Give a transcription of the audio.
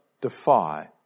defy